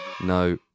No